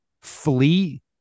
flee